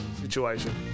situation